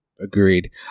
agreed